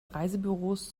reisebüros